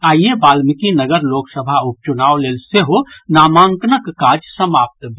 आइए वाल्मीकिनगर लोकसभा उपचुनाव लेल सेहो नामांकनक काज समाप्त भेल